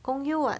gong yoo [what]